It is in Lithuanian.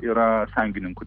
yra sąjungininkų